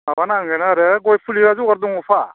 माबा नांगोन आरो गय फुलिया जगार दङ फा